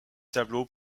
tableaux